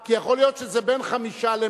כי יכול להיות שזה בין 5 ל-100.